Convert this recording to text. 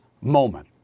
moment